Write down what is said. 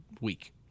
week